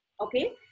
Okay